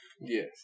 Yes